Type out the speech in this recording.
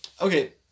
Okay